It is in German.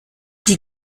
die